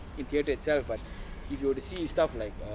in theatre itself but if you were to see stuff like